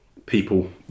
people